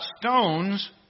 stones